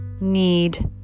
need